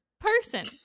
person